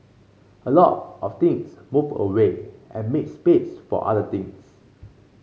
a lot of things move away and make space for other things